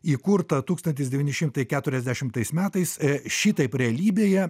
įkurtą tūkstantis devyni šimtai keturiasdešimtais metais šitaip realybėje